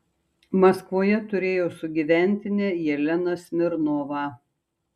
maskvoje turėjau sugyventinę jeleną smirnovą